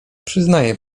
przyznaje